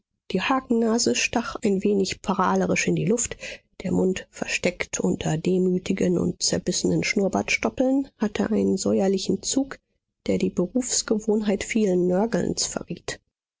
die hakennase stach ein wenig prahlerisch in die luft der mund versteckt unter demütigen und zerbissenen schnurrbartstoppeln hatte einen säuerlichen zug der die berufsgewohnheit vielen nörgelns verriet